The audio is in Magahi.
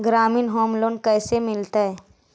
ग्रामीण होम लोन कैसे मिलतै?